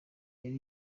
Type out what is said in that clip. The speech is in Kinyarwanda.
yari